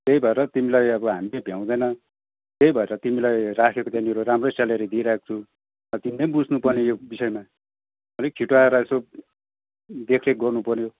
त्यही भएर तिमीलाई अब हामीले भ्याउँदैन त्यही भएर तिमीलाई राखेको त्यहाँनिर राम्रै सेलेरी दिइरहेको छु अब तिमीले पनि बुझ्नु पर्ने यो विषयमा अलिक छिटो आएर यसो देखरेख गर्नु पऱ्यो